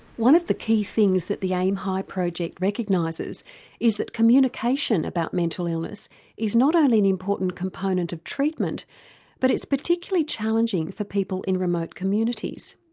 one of the key things that the aim high project recognises is that communication about mental illness is not only an important component of treatment but it's particularly challenging for people in remote communities.